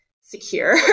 secure